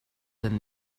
than